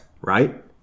right